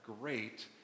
great